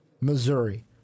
Missouri